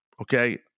okay